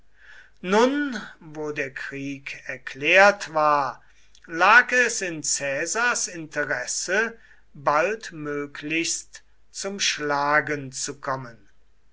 nun wo der krieg erklärt war lag es in caesars interesse baldmöglichst zum schlagen zu kommen